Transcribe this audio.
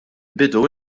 bidu